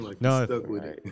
no